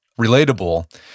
relatable